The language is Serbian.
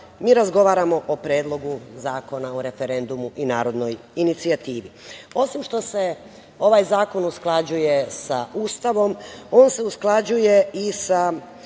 mi razgovaramo o Predlogu zakona o referendumu i narodnoj inicijativi. Osim što se ovaj zakon usklađuje sa Ustavom, on se usklađuje i sa